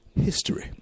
history